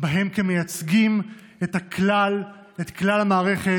בהם כמייצגים את כלל המערכת,